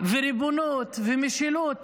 וריבונות ומשילות